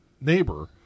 neighbor